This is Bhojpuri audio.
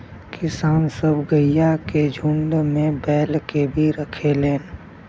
किसान सब गइया के झुण्ड में बैल के भी रखेलन